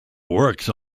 works